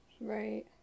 Right